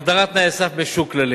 הגדרת תנאי סף משוקללים,